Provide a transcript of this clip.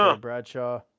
Bradshaw